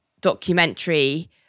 documentary